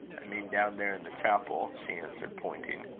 i mean down there in the chapel, she answered, pointing.